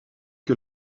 que